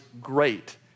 great